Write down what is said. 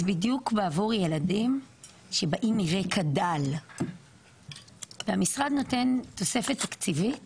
זה בדיוק בעבור ילדים שבאים מרקע דל והמשרד נותן תוספת תקציבית